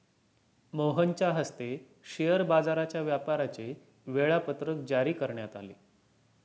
मोहनच्या हस्ते शेअर बाजाराच्या व्यापाराचे वेळापत्रक जारी करण्यात आले